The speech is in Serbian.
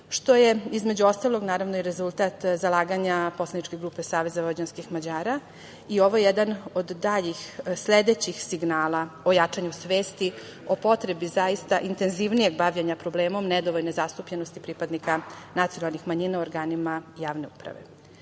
što je, između ostalog, naravno, i rezultat zalaganja poslaničke grupe Saveza vojvođanskih Mađara i ovo je jedan od daljih, sledećih signala o jačanju svesti o potrebi zaista intenzivnijeg bavljenja problemom nedovoljne zastupljenosti pripadnika nacionalnih manjina u organima javne uprave. Dalje,